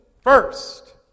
first